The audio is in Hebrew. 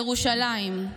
ירושלים,